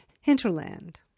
Hinterland